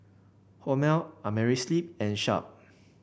Hormel Amerisleep and Sharp